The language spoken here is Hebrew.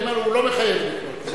אני אומר שהוא לא מחייב אותו.